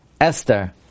Esther